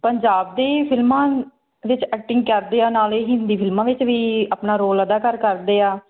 ਪੰਜਾਬ ਦੇ ਫਿਲਮਾਂ ਵਿੱਚ ਐਕਟਿੰਗ ਕਰਦੇ ਆ ਨਾਲੇ ਹਿੰਦੀ ਫਿਲਮਾਂ ਵਿੱਚ ਵੀ ਆਪਣਾ ਰੋਲ ਅਦਾਕਾਰ ਕਰਦੇ ਆ